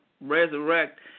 resurrect